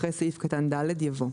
אחרי סעיף קטן (ד) יבוא: